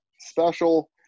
special